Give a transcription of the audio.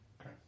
okay